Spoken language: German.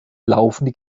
laufende